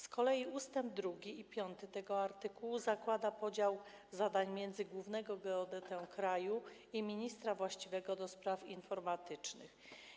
Z kolei ust. 2 i 5 tego artykułu zakładają podział zadań między głównego geodetę kraju i ministra właściwego do spraw informatyzacji.